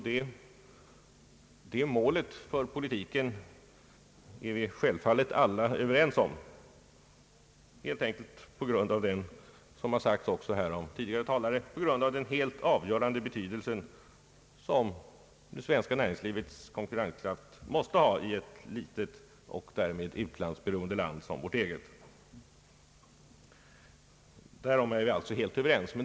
Det målet för politiken är vi självfallet alla överens om helt enkelt på grund av den — som också sagts här av tidigare talare — helt avgörande betydelse som näringslivets konkurrenskraft måste ha i ett litet och därmed utlandsberoende land som vårt eget.